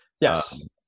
Yes